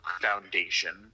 foundation